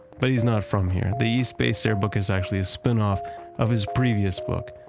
but he's not from here. the east bay stair book is actually a spin-off of his previous book,